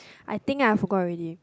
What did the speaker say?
I think ah I forgot already